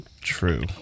true